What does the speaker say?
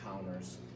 encounters